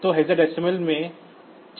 तो हेक्साडेसिमल में 56320 DC00 है